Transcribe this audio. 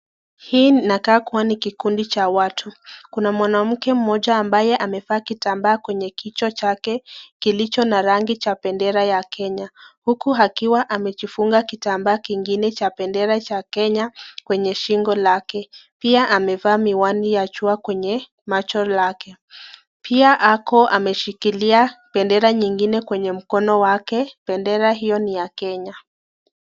Hii inakaa kuwa ni kikundi cha watu, kuna mwanamke mmoja ambaye amevaa kitambaa kwenye kichwa chake kilicho na rangi cha bendera ya Kenya huku akiwa amejifunga kitambaa kingine cha bendera ya Kenya kwenye shingo lake pia amevaa miwani ya jua kwenye macho lake pia ako ameshikilia bendera nyingine kwenye mkono wake bendera hiyo ni ya Kenya.